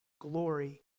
glory